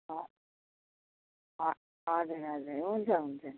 ह ह हजुर हजुर हुन्छ हुन्छ